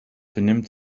benimmt